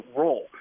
role